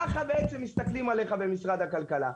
ככה מסתכלים עליך במשרד הכלכלה.